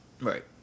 Right